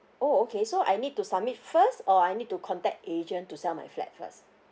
oh okay so I need to submit first or I need to contact agent to sell my flat first